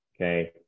Okay